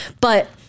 But-